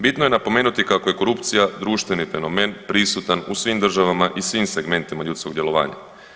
Bitno je napomenuti kako je korupcija društveni fenomen prisutan u svim državama i u svim segmentima ljudskog djelovanja.